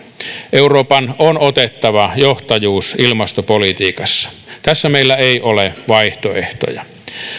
euroopan on otettava johtajuus ilmastopolitiikassa tässä meillä ei ole vaihtoehtoja